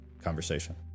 conversation